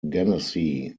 genesee